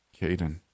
Caden